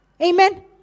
Amen